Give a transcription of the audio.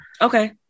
Okay